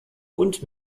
und